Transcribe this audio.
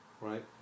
Right